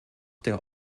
der